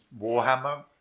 Warhammer